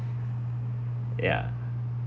ya